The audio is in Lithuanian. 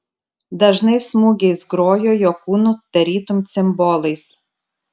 dažnais smūgiais grojo jo kūnu tarytum cimbolais